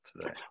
today